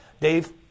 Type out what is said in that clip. Dave